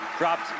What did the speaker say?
Dropped